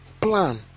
plan